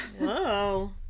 Whoa